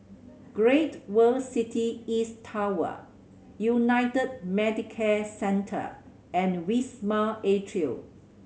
Great World City East Tower United Medicare Centre and Wisma Atria